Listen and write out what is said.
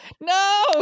no